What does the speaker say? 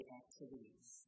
activities